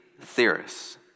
theorists